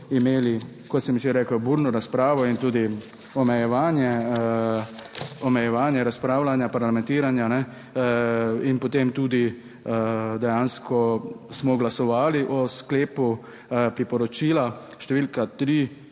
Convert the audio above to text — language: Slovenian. imeli, kot sem že rekel, burno razpravo in tudi omejevanje, omejevanje razpravljanja parlamentiranja. In potem tudi dejansko smo glasovali o sklepu priporočila številka